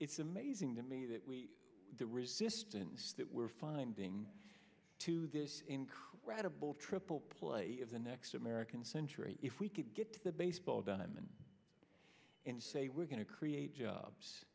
it's amazing to me that we the resistance that we're finding to this incredible triple play of the next american century if we could get to the baseball diamond and say we're going to create jobs